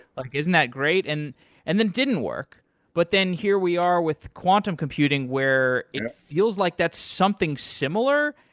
like isn't that great? and and then didn't work but then here we are with quantum computing where it feels like that's something similar.